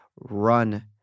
Run